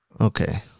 Okay